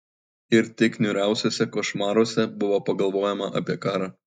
ir tik niūriausiuose košmaruose buvo pagalvojama apie karą